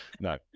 No